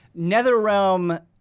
NetherRealm